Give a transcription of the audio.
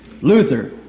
Luther